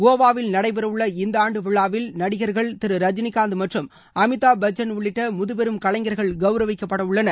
கோவாவில் நடைபெறவுள்ள இந்த ஆண்டு விழாவில் நடிகர்கள் திரு ரஜினிகாந்த் மற்றும் அமிதாப் பச்சன் உள்ளிட்ட முதுபெரும் கலைஞர்கள் கவுரவிக்கப்படவுள்ளனர்